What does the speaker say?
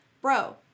bro